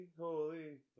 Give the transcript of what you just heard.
holy